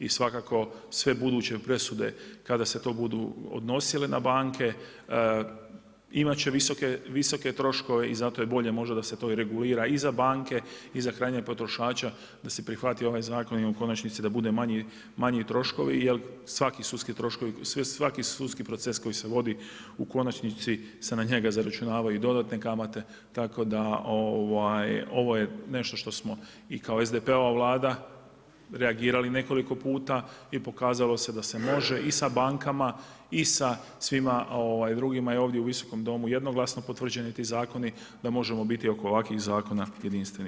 I svakako sve buduće presude kada se to budu odnosile na banke imat će visoke troškove i zato je bolje možda da se to i regulira i za banke i za krajnjeg potrošača da se prihvati ovaj zakon i u konačnici da budu manji troškovi jer svaki sudski proces koji se vodi u konačnici se na njega zaračunavaju i dodatne kamate, tako da ovo je nešto što smo i kao SDP-ova Vlada reagirali nekoliko puta i pokazalo se da se može i sa bankama i sa svima drugima i ovdje u Visokom domu jednoglasno potvrđeni ti zakoni, da možemo biti oko ovakvih zakona jedinstveni.